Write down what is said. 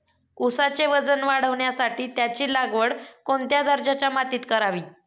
ऊसाचे वजन वाढवण्यासाठी त्याची लागवड कोणत्या दर्जाच्या मातीत करावी?